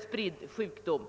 spridda sjukdom.